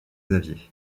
xavier